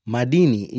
Madini